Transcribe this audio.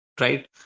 right